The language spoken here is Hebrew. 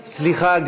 סליחה,